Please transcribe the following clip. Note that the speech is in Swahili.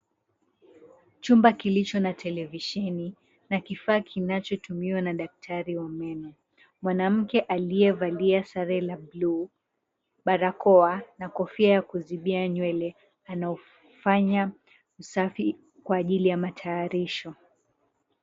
Chumba kilicho na televisheni na kifaa kinachotumiwa na daktari wa meno mwanamke aliyevalia sare la bluu, barakoa na kofia ya kuzibia nywele anaufanya usafi kwa ajili ya matayarisho.